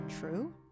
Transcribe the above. True